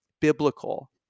biblical